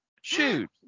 Shoot